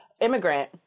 immigrant